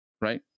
right